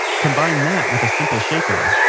combine that with a simple shaker.